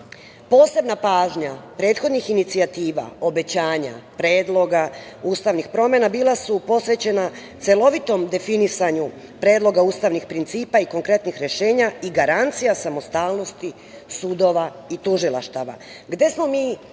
godine. Posebna pažnja prethodnih inicijativa, obećanja, predloga ustavnih promena bila su posvećena celovitom definisanju Predloga ustavnih principa i konkretnih rešenja i garancija samostalnosti sudova i tužilaštava. Gde